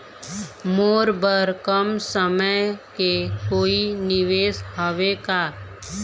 मोर बर कम समय के कोई निवेश हावे का?